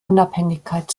unabhängigkeit